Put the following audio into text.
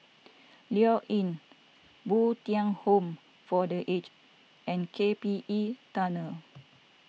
Lloyds Inn Bo Tien Home for the Aged and K P E Tunnel